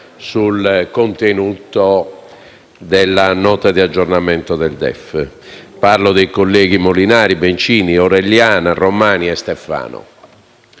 Grazie